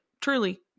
truly